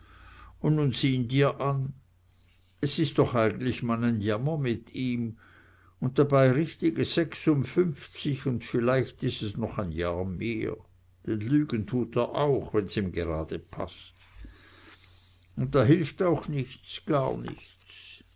un nu sieh ihn dir an es is doch eigentlich man ein jammer mit ihm un dabei richtige sechsundfünfzig un vielleicht is es noch ein jahr mehr denn lügen tut er auch wenn's ihm gerade paßt un da hilft auch nichts gar nichts